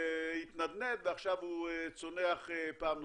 והתנדנד ועכשיו הוא צונח פעם נוספת.